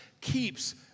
keeps